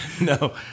No